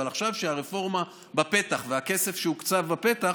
אבל עכשיו, כשהרפורמה בפתח והכסף שהוקצב בפתח,